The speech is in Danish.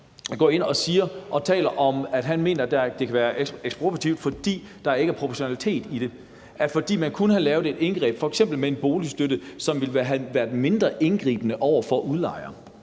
Dr. jur. Peter Mortensen mener, det kan være ekspropriativt, fordi der ikke er proportionalitet i det, for man kunne have lavet et indgreb, f.eks. med en boligstøtte, hvilket ville have været mindre indgribende over for udlejer.